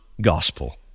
gospel